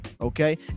okay